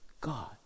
God